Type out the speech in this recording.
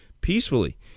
peacefully